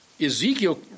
Ezekiel